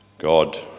God